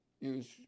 use